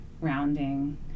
rounding